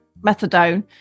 Methadone